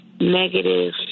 negative